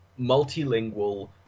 multilingual